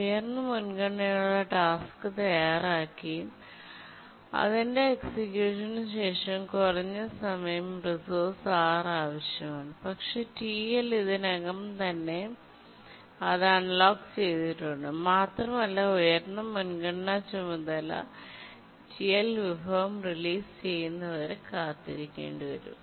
ഉയർന്ന മുൻഗണനയുള്ള ടാസ്ക് തയ്യാറാകുകയും അതിന്റെ എക്സിക്യൂഷന് ശേഷം കുറച്ച് സമയം റിസോഴ്സ് ആർ ആവശ്യമാണ് പക്ഷേ ടിഎൽ ഇതിനകം തന്നെ അത് ലോക്ക് ചെയ്തിട്ടുണ്ട് മാത്രമല്ല ഉയർന്ന മുൻഗണനാ ചുമതല ടിഎൽ വിഭവം റിലീസ് ചെയ്യുന്നതുവരെ കാത്തിരിക്കേണ്ടിവരും